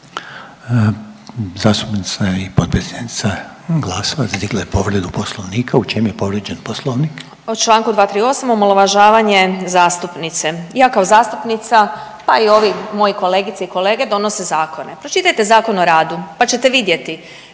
Zastupnica i potpredsjednica Glasovac digla je povredu Poslovnika. U čem je povrijeđen Poslovnik? **Glasovac, Sabina (SDP)** U članku 238. omalovažavanje zastupnice. Ja kao zastupnica pa i ovi moji kolegice i kolege donose zakona. Pročitajte Zakon o radu, pa ćete vidjeti.